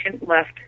left